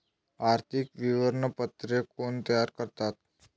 आर्थिक विवरणपत्रे कोण तयार करतात?